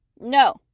No